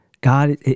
God